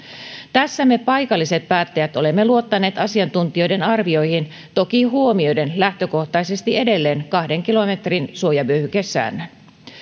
tässä me paikalliset päättäjät olemme luottaneet asiantuntijoiden arvioihin toki huomioiden lähtökohtaisesti edelleen kahden kilometrin suojavyöhykesäännön